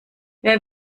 wer